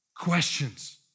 questions